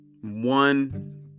one